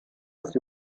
ist